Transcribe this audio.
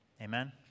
Amen